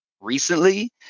recently